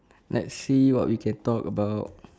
let's see what we can talk about